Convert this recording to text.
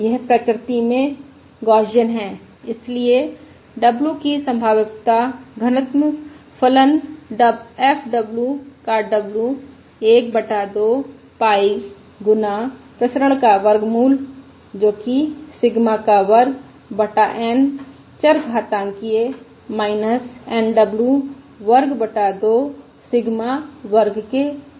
यह प्रकृति में गौसियन है इसलिए w की संभाव्यता घनत्व फलन f w का w 1 बटा 2 पाई गुना प्रसरण का वर्गमूल जो कि सिग्मा का वर्ग बटा N चरघातांकिय़ N w वर्ग बटा 2 सिग्मा वर्ग के रूप में दिया जाता है